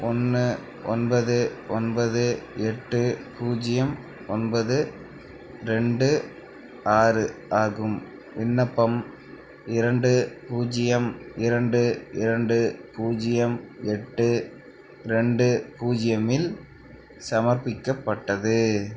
ஒன்று ஒன்பது ஒன்பது எட்டு பூஜ்ஜியம் ஒன்பது ரெண்டு ஆறு ஆகும் விண்ணப்பம் இரண்டு பூஜ்ஜியம் இரண்டு இரண்டு பூஜ்ஜியம் எட்டு ரெண்டு பூஜ்ஜியமில் சமர்ப்பிக்கப்பட்டது